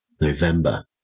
November